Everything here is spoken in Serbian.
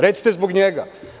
Recite zbog njega.